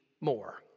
more